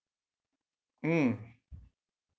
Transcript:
mm